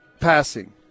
passing